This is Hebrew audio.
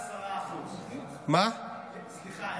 סליחה,